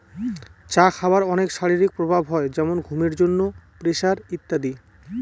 চা খাবার অনেক শারীরিক প্রভাব হয় যেমন ঘুমের জন্য, প্রেসার ইত্যাদি